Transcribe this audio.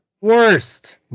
worst